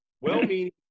well-meaning